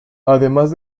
además